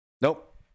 Nope